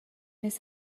miss